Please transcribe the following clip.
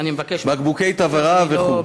בקבוקי תבערה וכו'.